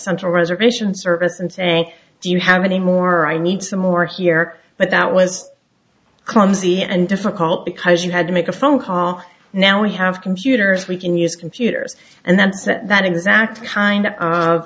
central reservation service and saying do you have any more i need some more here but that was clumsy and difficult because you had to make a phone call now we have computers we can use computers and that's that exact kind of